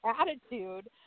attitude